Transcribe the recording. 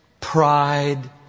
pride